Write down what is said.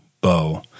bow